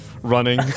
running